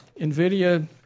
Nvidia